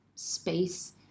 space